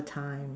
time